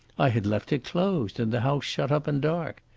i had left it closed and the house shut up and dark.